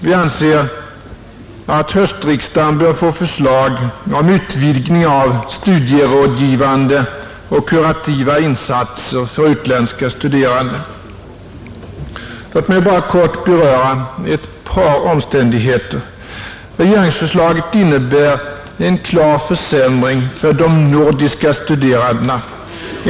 Vi anser att höstriksdagen bör få förslag om utvidgning av studierådgivande och kurativa insatser för utländska studerande. Låt mig bara kort beröra ett par omständigheter. Regeringsförslaget innebär en klar försämring för de nordiska studerandena.